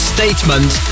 Statement